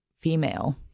female